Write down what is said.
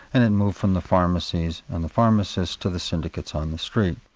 and it moved from the pharmacies, and the pharmacist to the syndicates on the street.